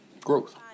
growth